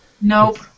nope